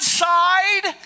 side